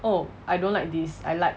oh I don't like this I like